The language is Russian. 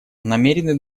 намерены